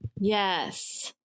Yes